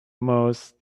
most